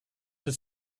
for